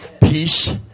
peace